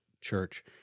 church